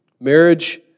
Marriage